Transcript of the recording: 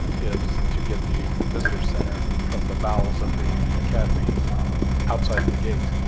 is to get the visitor center from the bowels of the academy outside of the gate,